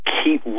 keep